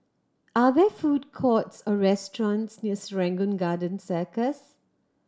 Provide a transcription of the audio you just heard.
are there food courts or restaurants near Serangoon Garden Circus